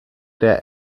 der